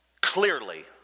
clearly